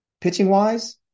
Pitching-wise